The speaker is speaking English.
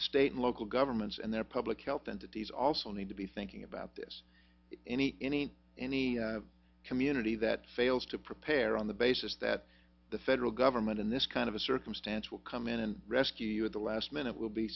the state and local governments and their public health entities also need to be thinking about this any any any community that fails to prepare on the basis that the federal government in this kind of a circumstance will come in and rescue you at the last minute